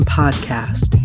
podcast